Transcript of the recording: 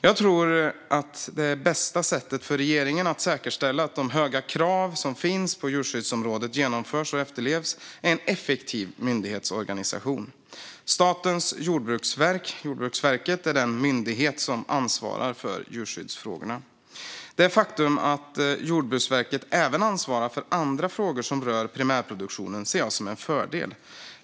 Jag tror att det bästa sättet för regeringen att säkerställa att de höga krav som finns på djurskyddsområdet genomförs och efterlevs är en effektiv myndighetsorganisation. Statens jordbruksverk, Jordbruksverket, är den myndighet som ansvarar för djurskyddsfrågor. Det faktum att Jordbruksverket även ansvarar för andra frågor som rör primärproduktionen ser jag som en fördel.